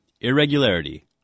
Irregularity